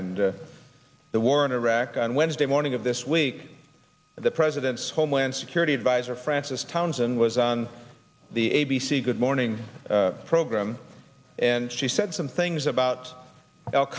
and the war in iraq on wednesday morning of this week the president's homeland security adviser frances townsend was on the a b c good morning program and she said some things about al